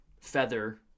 feather